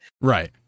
Right